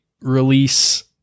release